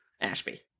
Ashby